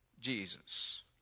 Jesus